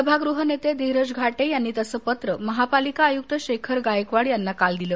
सभागृह नेते धीरज घाटे यांनी तसं पत्र महापालिका आयुक्त शेखर गायकवाड यांना काल दिलं